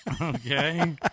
Okay